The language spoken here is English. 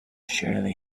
surely